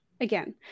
again